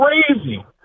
crazy